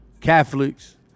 Catholics